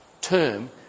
term